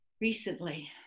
Recently